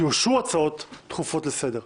כי אושרו הצעות דחופות לסדר היום.